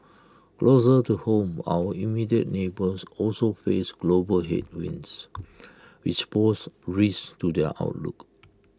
closer to home our immediate neighbours also face global headwinds which pose risks to their outlook